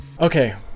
Okay